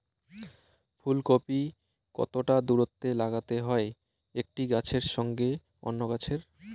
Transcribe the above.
ফুলকপি কতটা দূরত্বে লাগাতে হয় একটি গাছের সঙ্গে অন্য গাছের?